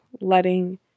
letting